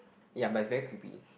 ya but it's very creepy